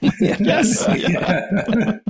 yes